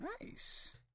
Nice